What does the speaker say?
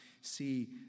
see